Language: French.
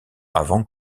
avant